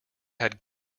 had